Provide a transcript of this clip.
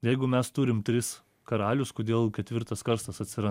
jeigu mes turim tris karalius kodėl ketvirtas karstas atsiran